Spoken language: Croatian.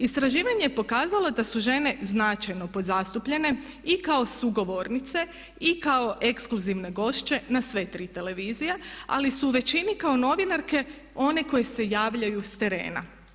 Istraživanje je pokazalo da su žene značajno podzastupljene i kao sugovornice i kao ekskluzivne gošće na sve tri televizije ali su u većini kao novinarke one koje se javljaju s terena.